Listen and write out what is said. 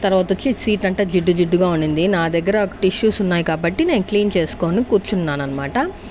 తర్వాత వచ్చి సీట్ అంతా జిడ్డు జిడ్డుగా ఉండింది నా దగ్గర ఒక టిష్యూస్ ఉన్నాయ్ కాబట్టి నేను క్లీన్ చేసుకొని కూర్చున్నాను అనమాట